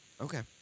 Okay